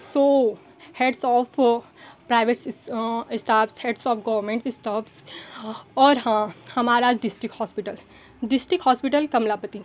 सो hats off private staffs hats off government staffs और हाँ हमारा district hospital district hospital Kamlapati